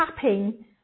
tapping